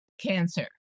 cancer